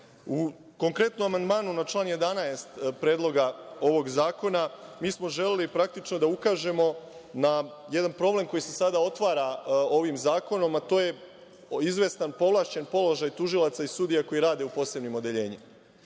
konkretnom amandmanu na član 11. Predloga ovog zakona, mi smo želeli da ukažemo na jedan problem koji se sada otvara ovim zakonom, a to je izvestanpovlašćen položaj tužilaca i sudija koji rade u posebnim odeljenjima. Dakle,